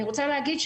אני רוצה להגיד,